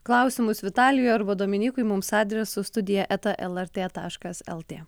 klausimus vitalijui arba dominykui mums adresu studija eta lrt taškas lt